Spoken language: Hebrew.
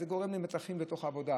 זה גורם למתחים בתוך העבודה.